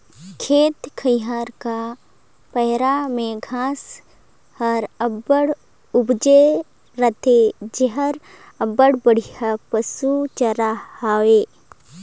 खेत खाएर का पाएर में घांस हर अब्बड़ उपजे रहथे जेहर अब्बड़ बड़िहा पसु चारा हवे